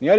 Ni har